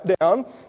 down